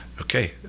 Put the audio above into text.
okay